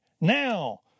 now